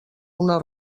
una